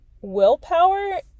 Willpower